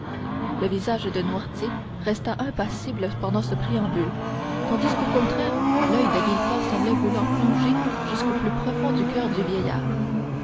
le visage de noirtier resta impassible pendant ce préambule tandis qu'au contraire l'oeil de villefort semblait vouloir plonger jusqu'au plus profond du coeur du vieillard